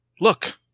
look